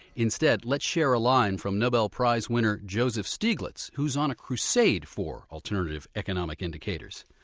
instead, let's share a line from nobel prize winner joseph stiglitz who's on a crusade for alternative economic indicators.